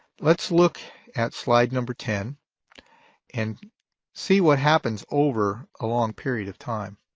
let's look at slide number ten and see what happens over a long period of time.